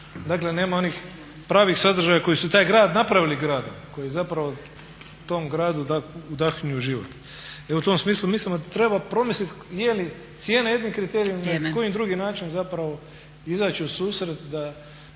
dakle nema onih pravih sadržaja koji su taj grad napravili gradom, koji je zapravo tom gradu udahnio život. U tom smislu mislimo da treba promislit je li cijena … na koji drugi način zapravo izaći u susret da